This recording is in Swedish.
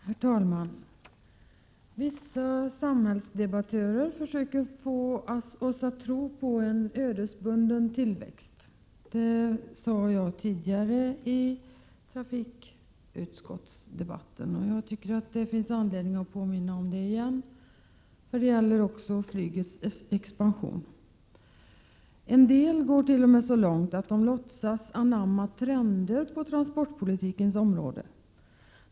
Herr talman! Vissa samhällsdebattörer försöker få oss att tro på en ödesbunden tillväxt. Detta sade jag i den tidigare trafikutskottsdebatten, och jag tycker det finns anledning att påminna om det igen, för detta gäller också flygets expansion. En del gårt.o.m. så långt att de låtsas anamma trender på trafikpolitikens område.